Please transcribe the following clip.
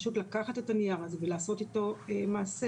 פשוט לקחת את הנייר הזה ולעשות אתו מעשה,